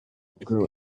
grow